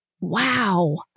Wow